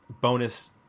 bonus